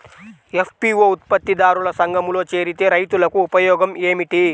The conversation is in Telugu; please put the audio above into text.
ఎఫ్.పీ.ఓ ఉత్పత్తి దారుల సంఘములో చేరితే రైతులకు ఉపయోగము ఏమిటి?